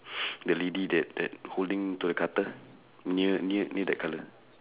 the lady that that holding to the cutter near near the colour